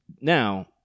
Now